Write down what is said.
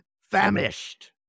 famished